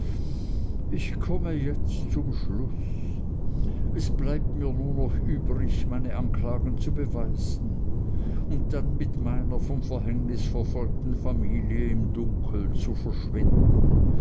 ich komme jetzt zum schluß es bleibt mir nur noch übrig meine anklagen zu beweisen und dann mit meiner vom verhängnis verfolgten familie im dunkel zu verschwinden